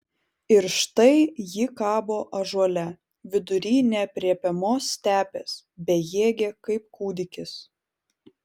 ir štai ji kabo ąžuole vidury neaprėpiamos stepės bejėgė kaip kūdikis